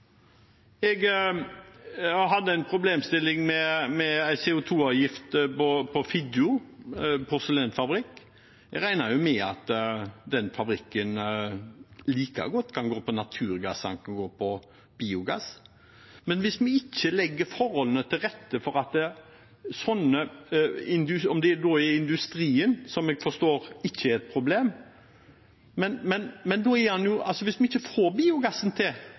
Jeg hadde en problemstilling om CO 2 -avgift ved Figgjo porselensfabrikk. Jeg regner med at den fabrikken like godt kan gå på naturgass som på biogass. Men hvis vi ikke legger forholdene til rette, også i industrien, der jeg forstår det er et problem, hvis vi ikke får til